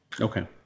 Okay